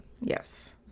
Yes